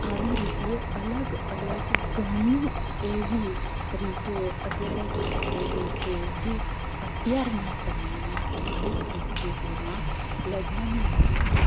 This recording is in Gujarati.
આવી રીતે અલગ અલગ ઘણી એવી રીતો અત્યારે વિકસેલી છે જે અત્યારના સમયમાં મારી સંસ્કૃતિમાં લગ્નની વિધિમાં